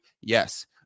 Yes